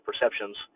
perceptions